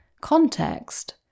context